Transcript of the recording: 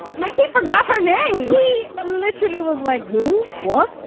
like you forgot her name. she literally was like, who? what's